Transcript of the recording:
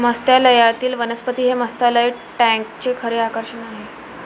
मत्स्यालयातील वनस्पती हे मत्स्यालय टँकचे खरे आकर्षण आहे